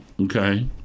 okay